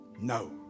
no